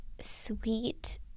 sweet